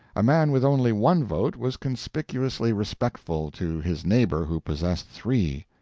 a man with only one vote was conspicuously respectful to his neighbor who possessed three.